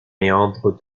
méandre